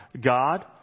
God